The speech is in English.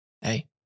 Hey